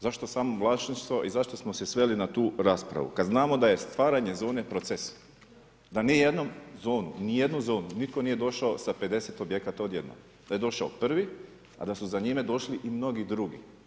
Zašto samo vlasništvo i zašto smo se sveli na tu raspravu kada znamo da je stvaranje zone proces, da u nijednu zonu nitko nije došao sa 50 objekata odjednom, da je došao prvi, a da su za njime došli i mnogi drugi.